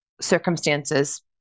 circumstances